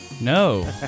No